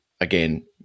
again